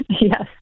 Yes